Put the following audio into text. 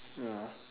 ya